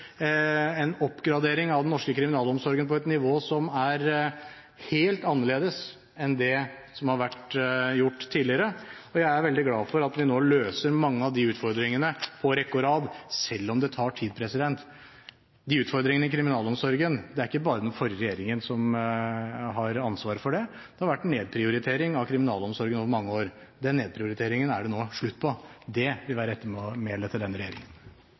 en oppgradering av den norske kriminalomsorgen på et nivå som er helt annerledes enn det som har vært gjort tidligere. Jeg er veldig glad for at vi nå løser mange av de utfordringene på rekke og rad, selv om det tar tid. Utfordringene i kriminalomsorgen er det ikke bare den forrige regjeringen som har ansvaret for. Det har vært en nedprioritering av kriminalomsorgen over mange år. Den nedprioriteringen er det nå slutt på. Det vil være ettermælet til denne regjeringen.